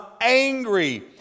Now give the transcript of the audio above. angry